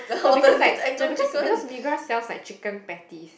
no because like no because because Migros sell like chicken peptics